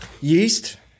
Yeast